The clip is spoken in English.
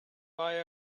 buy